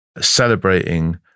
celebrating